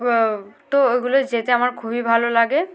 তো ওইগুলো যেতে আমার খুবই ভালো লাগে